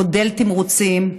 מודל תמרוצים,